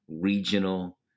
regional